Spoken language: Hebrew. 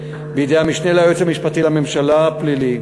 בידי המשנה ליועץ המשפטי לממשלה (פלילי).